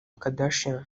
kardashian